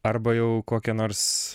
arba jau kokia nors